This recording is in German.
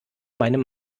meinem